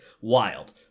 Wild